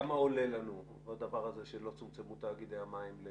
כמה עולה לנו הדבר הזה שלא צומצמו תאגידי המים?